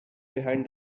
behind